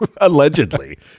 Allegedly